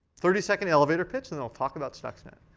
thirty second elevator pitch, then i'll talk about stuxnet.